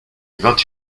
vingt